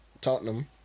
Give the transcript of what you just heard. Tottenham